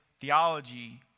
theology